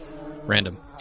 random